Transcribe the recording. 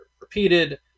repeated